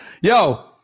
Yo